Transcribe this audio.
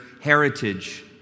heritage